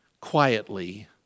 quietly